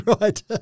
right